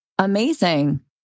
Amazing